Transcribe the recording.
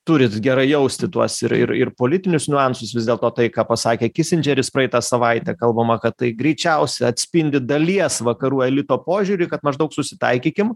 turit gerai jausti tuos ir ir politinius niuansus vis dėlto tai ką pasakė kisindžeris praeitą savaitę kalbama kad tai greičiausia atspindi dalies vakarų elito požiūrį kad maždaug susitaikykim